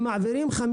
תודה